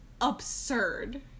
absurd